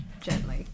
Gently